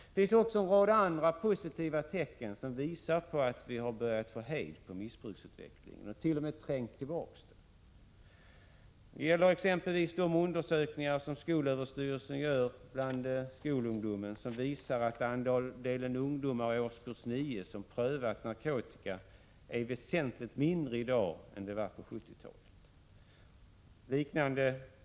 Det finns också en rad andra positiva tecken, som visar att vi har börjat få hejd på missbruksutvecklingen, och t.o.m. trängt tillbaka den. Det gäller exempelvis de undersökningar som skolöverstyrelsen gör bland skolungdomen och som visar att andelen ungdomar i årskurs 9 som har prövat narkotika är väsentligt mindre i dag än den var på 1970-talet.